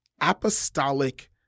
apostolic